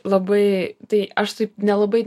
labai tai aš taip nelabai